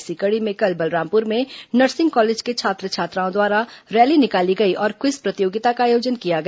इसी कड़ी में कल बलरामपुर में नर्सिंग कॉलेज के छात्र छात्राओं द्वारा रैली निकाली गई और क्विज प्रतियोगिता का आयोजन किया गया